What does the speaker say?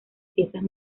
piezas